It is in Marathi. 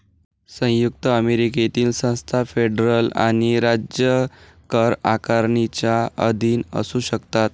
संयुक्त अमेरिकेतील संस्था फेडरल आणि राज्य कर आकारणीच्या अधीन असू शकतात